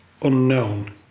unknown